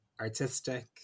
artistic